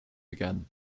again